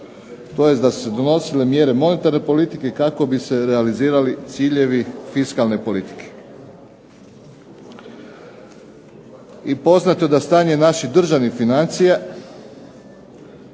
to je da su donosile mjere monetarne politike kako bi se realizirali ciljevi fiskalne politike. I poznato je da stanje naših državni financija